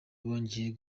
bongera